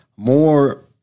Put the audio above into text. more